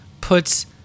puts